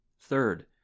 Third